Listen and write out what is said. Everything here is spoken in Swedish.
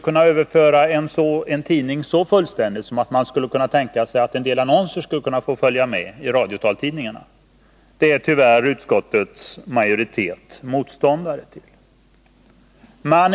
Att överföra en tidning så fullständigt att en del annonser skulle kunna få finnas med i radiotaltidningarna är tyvärr utskottets majoritet motståndare till.